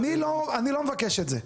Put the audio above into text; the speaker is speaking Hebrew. אני לא מבקש את זה.